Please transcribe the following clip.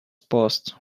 post